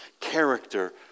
character